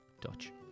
Dutch